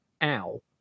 Owl